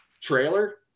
trailer